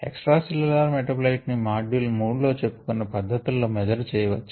extra cellular metabolite ని module 3 లో చెప్పుకున్న పద్ధతులలో మేజర్ చేయవచ్చు